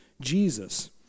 Jesus